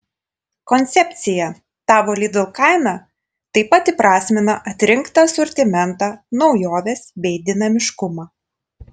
koncepcija tavo lidl kaina taip pat įprasmina atrinktą asortimentą naujoves bei dinamiškumą